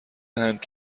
دهند